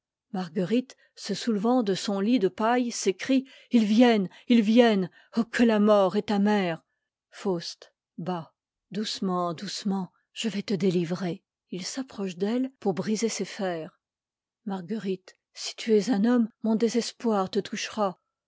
marguejute se soulevant de son lit de paille s'ec'ne us viennent ils viennent oh que la mort est amère doucement doucement je vais te délivrer q m ocm d'elle pour brise m s faust bas marguerite si tu es un homme mon désespoir te tou